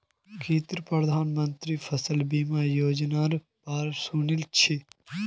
की ती प्रधानमंत्री फसल बीमा योजनार बा र सुनील छि